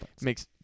makes